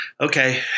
okay